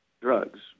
drugs